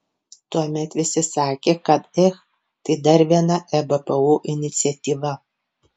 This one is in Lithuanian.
tuomet visi sakė kad ech tai dar viena ebpo iniciatyva